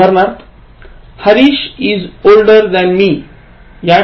उदाहरणार्थ Harish is older than me